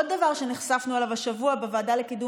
עוד דבר שנחשפנו אליו השבוע בוועדה לקידום